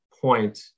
point